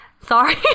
sorry